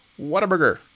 Whataburger